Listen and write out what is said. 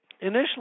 initially